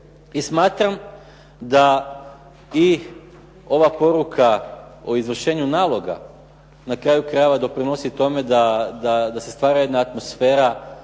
i smatram da i ova poruka o izvršenju naloga na kraju krajeva doprinosi tome da se stvara jedna atmosfera